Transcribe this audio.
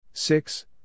Six